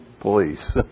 police